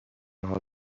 حال